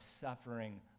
suffering